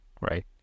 right